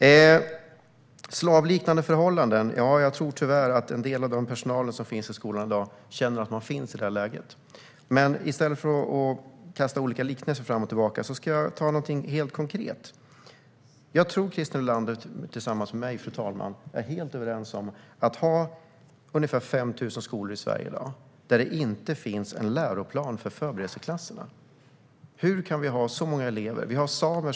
När det gäller slavliknande förhållanden tror jag tyvärr att en del av personalen i skolan i dag känner att de är i det läget. Men i stället för att kasta olika liknelser fram och tillbaka ska jag ta upp någonting konkret. Jag tror att Christer Nylander och jag är helt överens om något, fru talman. Det gäller det faktum att 5 000 skolor i Sverige i dag inte har en läroplan för förberedelseklasserna. Hur kan vi ha det på det sättet för så många elever?